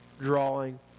drawing